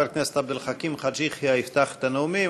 חבר הכנסת עבד אל חכים חאג' יחיא יפתח את הנאומים.